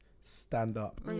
stand-up